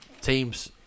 teams